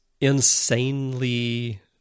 insanely